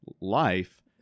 life